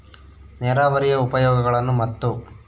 ನೇರಾವರಿಯ ಉಪಯೋಗಗಳನ್ನು ಮತ್ತು?